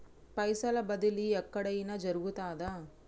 పైసల బదిలీ ఎక్కడయిన జరుగుతదా?